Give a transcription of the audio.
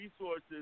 resources